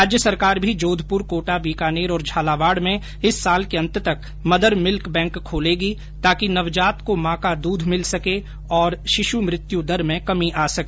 राज्य सरकार भी जोघपुर कोटा बीकानेर और झालावाड में इस साल के अंत तक मदर मिल्क बैंक खोलेगी ताकि नवजात को मॉ का दूध मिल सके और शिशु मृत्यु दर में कमी आ सके